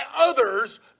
others